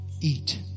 eat